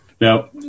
Now